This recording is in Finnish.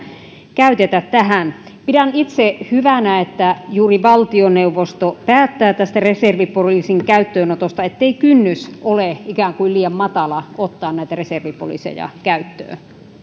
käytetä tähän pidän itse hyvänä että juuri valtioneuvosto päättää reservipoliisin käyttöönotosta niin ettei kynnys ole ikään kuin liian matala ottaa näitä reservipoliiseja käyttöön